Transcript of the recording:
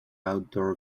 outdoor